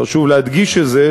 חשוב להדגיש את זה,